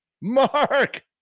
Mark